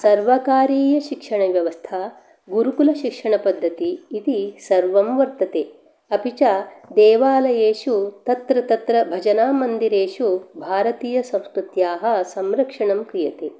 सर्वकारीयशिक्षणव्यवस्था गुरुकुलशिक्षणपद्धतिः इति सर्वं वर्तते अपि च देवालयेषु तत्र तत्र भजनमन्दिरेषु भारतीय संस्कृत्याः संरक्षणं क्रियते